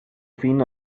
fin